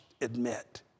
admit